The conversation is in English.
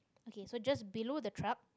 okay so just below the truck